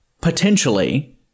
potentially